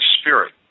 Spirit